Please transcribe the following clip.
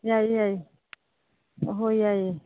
ꯌꯥꯏꯌꯦ ꯌꯥꯏꯌꯦ ꯍꯣꯏ ꯌꯥꯏꯌꯦ